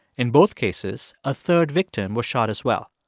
in both cases, a third victim was shot as well.